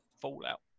Fallout